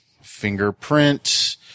Fingerprint